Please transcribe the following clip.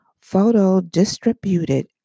photo-distributed